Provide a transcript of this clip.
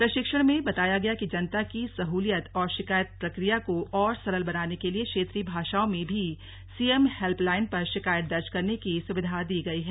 प्रशिक्षण में बताया गया कि जनता की सहूलियत और शिकायत प्रक्रिया को और सरल बनाने के लिये क्षेत्रीय भाषाओं में भी सीएम हेल्पलाइन पर शिकायत दर्ज करने की सुविधा दी गई है